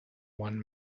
won